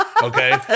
Okay